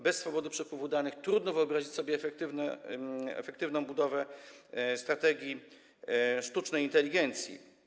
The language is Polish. Bez swobody przepływu danych trudno wyobrazić sobie efektywną budowę strategii sztucznej inteligencji.